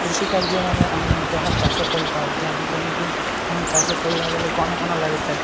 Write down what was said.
କୃଷି କାର୍ଯ୍ୟମାନେ ଆମେ ଯାହା ଚାଷ କରିଥାଉ ଯାହା ଯେମିତି ଆମେ ଚାଷ କରିବା ବେଳେ କ'ଣ କ'ଣ ଲାଗିଥାଏ